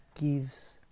gives